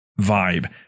vibe